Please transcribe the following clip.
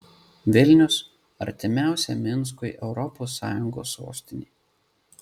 vilnius artimiausia minskui europos sąjungos sostinė